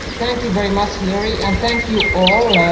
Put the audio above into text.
thank you very much hillary, and thank you all.